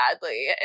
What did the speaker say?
badly